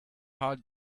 heart